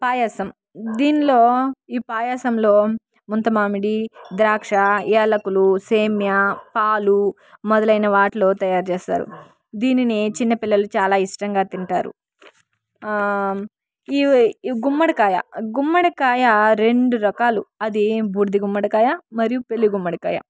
పాయసం దీనిలో ఈ పాయసంలో ముంతమామిడి ద్రాక్ష యాలకులు సేమియా పాలు మొదలైన వాటిలో తయారు చేస్తారు దీనిని చిన్నపిల్లలు చాలా ఇష్టంగా తింటారు ఈ గుమ్మడికాయ గుమ్మడికాయ రెండు రకాలు అది బూడిది గుమ్మడికాయ మరియు పిల్లి గుమ్మడికాయ